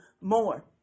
more